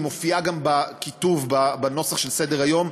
היא מופיעה גם בכיתוב בנוסח של סדר-היום,